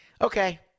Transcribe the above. okay